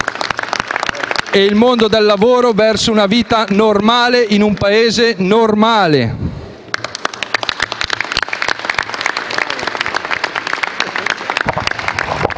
e il mondo del lavoro verso una vita normale in un Paese normale.